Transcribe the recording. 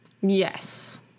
Yes